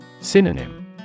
Synonym